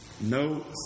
No